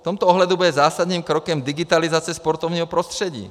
V tomto ohledu bude zásadním krokem digitalizace sportovního prostředí.